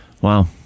Wow